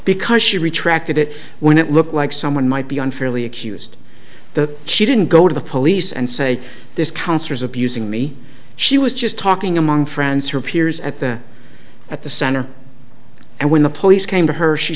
because she retracted it when it looked like someone might be unfairly accused the she didn't go to the police and say this cancer's abusing me she was just talking among friends her peers at the at the center and when the police came to her she